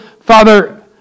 Father